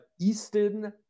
Easton